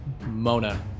Mona